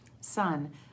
son